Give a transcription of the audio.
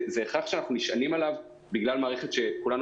זה הכרח שאנחנו נשענים עליו בגלל מערכת כולנו